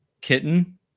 Kitten